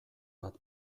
bat